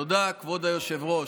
תודה, כבוד היושב-ראש.